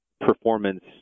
performance